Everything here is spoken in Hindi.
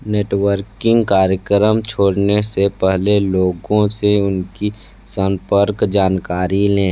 नेटवर्किंग कार्यक्रम छोड़ने से पहले लोगों से उनकी संपर्क जानकारी लें